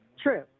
true